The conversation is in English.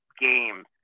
games